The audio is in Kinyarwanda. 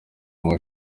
unywa